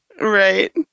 Right